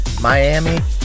Miami